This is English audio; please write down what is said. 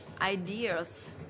ideas